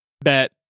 Bet